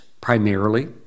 primarily